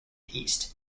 east